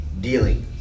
dealing